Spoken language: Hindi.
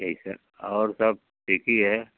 यही सब और सब ठीक ही है